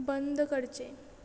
बंद करचें